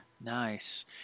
Nice